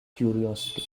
curiosity